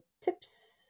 tips